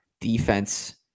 Defense